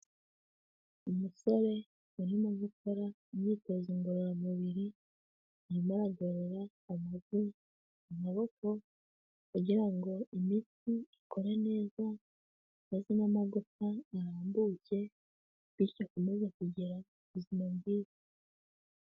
Umusore arimo gukora imyitozo ngororamubiri, arimo aragorora amaguru, amaboko kugirango imitsi ikore neza, maze n'amagufa arambuye bikomeza kugira ubuzima bwiza.